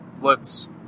lets